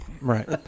Right